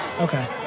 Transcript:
Okay